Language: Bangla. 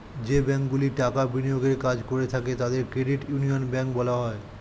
যে ব্যাঙ্কগুলি টাকা বিনিয়োগের কাজ করে থাকে তাদের ক্রেডিট ইউনিয়ন ব্যাঙ্ক বলা হয়